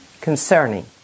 concerning